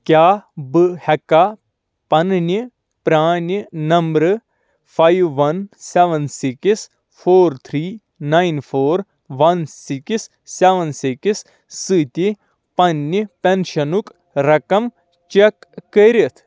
کیاہ بہٕ ہیٚکا پَننہِ پرٛانہِ نَمبرٕ five one seven six four three nine four one six seven six سۭتۍ پننہِ پینشَنُک رقم چٮ۪ک کٔرِتھ